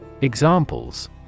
Examples